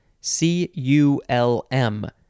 C-U-L-M